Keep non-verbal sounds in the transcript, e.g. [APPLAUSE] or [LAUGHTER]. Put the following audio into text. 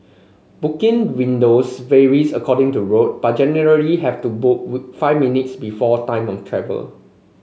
booking windows varies according to route but generally have to booked [UNINTELLIGIBLE] five minutes before time of travel